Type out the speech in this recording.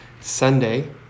Sunday